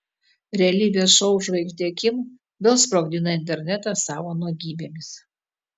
realybės šou žvaigždė kim vėl sprogdina internetą savo nuogybėmis